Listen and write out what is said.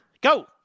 go